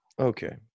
okay